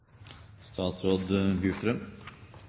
statsråd